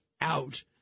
out